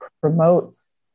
promotes